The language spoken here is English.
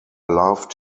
loved